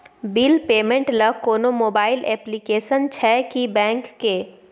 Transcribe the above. Bill payment ल कोनो mobile application छै की बैंक के?